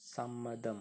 സമ്മതം